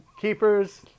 Keepers